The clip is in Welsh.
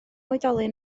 oedolyn